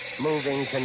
moving